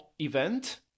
event